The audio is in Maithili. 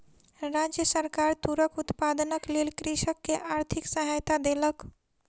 राज्य सरकार तूरक उत्पादनक लेल कृषक के आर्थिक सहायता देलक